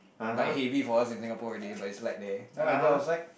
but heavy for us in Singapore already but is light there then when I go outside